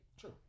True